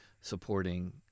supporting